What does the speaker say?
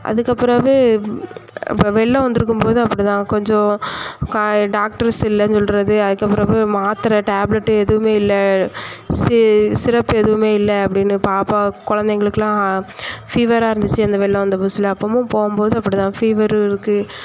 அதுக்குப்பிறகு இப்போ வெள்ளம் வந்திருக்கும்போது அப்படி தான் கொஞ்சம் டாக்டர்ஸ் இல்லைன்னு சொல்கிறது அதுக்குப்பிறகு மாத்திரை டேப்லெட்டு எதுவும் இல்லை சிரப் எதுவும் இல்லை அப்படின்னு பாப்பா கொழந்தைங்களுக்கெல்லாம் ஃபீவராக இருந்துச்சு அந்த வெள்ளம் வந்த புதுசில் அப்பயும் போகும்போது அப்படி தான் ஃபீவரு இருக்குது